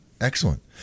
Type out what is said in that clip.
Excellent